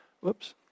Whoops